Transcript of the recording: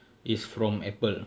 it's from Apple